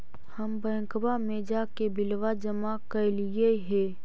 हम बैंकवा मे जाके बिलवा जमा कैलिऐ हे?